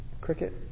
Cricket